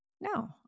No